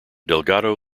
delgado